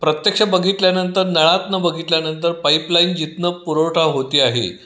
प्रत्यक्ष बघितल्यानंतर नळातनं बघितल्यानंतर पाइपलाइन जिथून पुरवठा होतो आहे